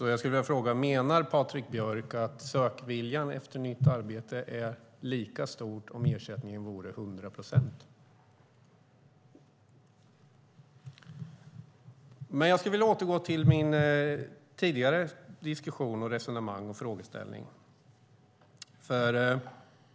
Menar Patrik Björck att sökviljan efter nytt arbete vore lika stor om ersättningen var hundra procent? Jag skulle vilja återgå till mitt tidigare resonemang och min frågeställning.